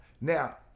Now